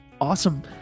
Awesome